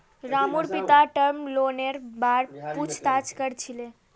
रामूर पिता टर्म लोनेर बार पूछताछ कर छिले